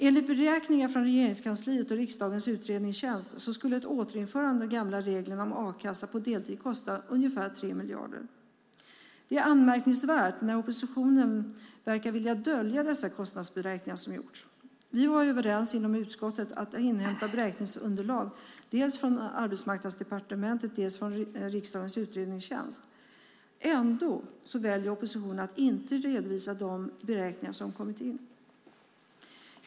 Enligt beräkningar från Regeringskansliet och riksdagens utredningstjänst skulle ett återinförande av de gamla reglerna om a-kassa på deltid kosta ungefär 3 miljarder. Det är anmärkningsvärt när oppositionen verkar vilja dölja dessa kostnadsberäkningar som har gjorts. Vi var inom utskottet överens om att inhämta beräkningsunderlag, dels från Arbetsmarknadsdepartementet, dels från riksdagens utredningstjänst. Ändå väljer oppositionen att inte redovisa de beräkningar som har kommit in.